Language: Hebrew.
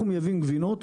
אנחנו מייבאים גבינות,